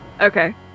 Okay